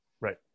Right